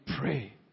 pray